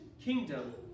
kingdom